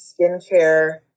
skincare